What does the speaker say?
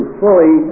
fully